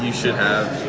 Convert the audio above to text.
should have,